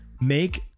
make